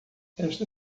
esta